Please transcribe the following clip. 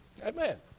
Amen